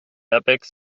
airbags